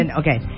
okay